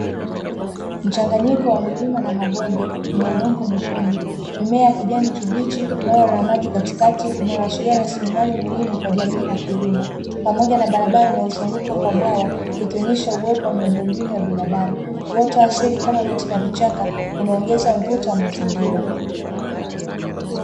Mchanganyiko wa milima na mabonde yenye udongo mwekundu, Mimea ya kijani kibichi, bwawa la maji katikati linaloashiria rasilimali muhimu kwa jamii, na kilimo pamoja na barabara inayo zunguka kwa bwawa, ikionyesha uwepo wa miundombinu ya binadamu. Uoto wa asili kama miti na vichaka unaongeza mvuto wa mazingira.